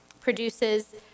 produces